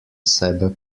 sebe